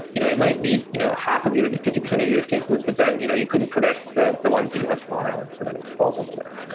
you know it might meet you know half of your fifty percent of use cases, but then you know you couldn't predict the the ones that you have tomorrow. and so then it falls over there.